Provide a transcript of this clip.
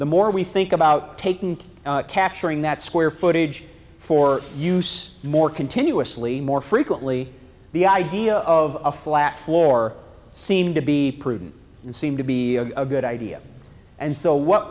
the more we think about taking capturing that square footage for use more continuously more frequently the idea of a flat floor seemed to be prudent and seemed to be a good idea and so what